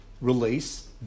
release